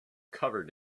covered